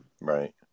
Right